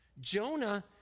Jonah